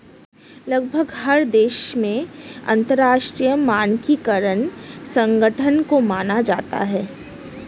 लगभग हर एक देश में अंतरराष्ट्रीय मानकीकरण संगठन को माना जाता है